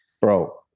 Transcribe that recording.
bro